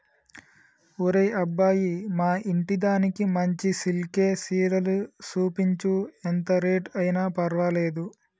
ఒరే అబ్బాయి మా ఇంటిదానికి మంచి సిల్కె సీరలు సూపించు, ఎంత రేట్ అయిన పర్వాలేదు